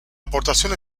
aportación